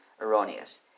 erroneous